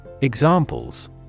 Examples